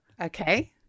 Okay